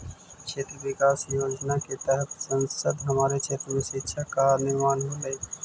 क्षेत्र विकास योजना के तहत संसद हमारे क्षेत्र में शिक्षा का निर्माण होलई